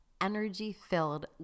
energy-filled